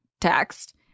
text